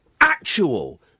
actual